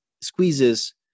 squeezes